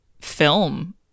film